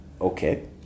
Okay